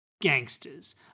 gangsters